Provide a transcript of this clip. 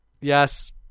yes